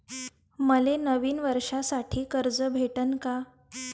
मले नवीन वर्षासाठी कर्ज भेटन का?